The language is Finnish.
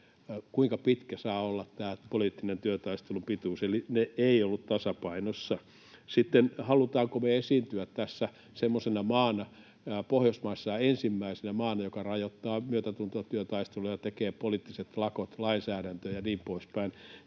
kuinka pitkä saa olla tämän poliittisen työtaistelun pituus. Eli ne eivät olleet tasapainossa. Sitten halutaanko me esiintyä tässä semmoisena maana, Pohjoismaissa ensimmäisenä maana, joka rajoittaa myötätuntotyötaisteluja ja tekee poliittiset lakot lainsäädäntöön ja niin poispäin?